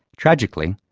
tragically,